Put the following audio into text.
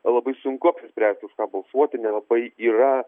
labai sunku apsispręsti už ką pabalsuoti nelabai yra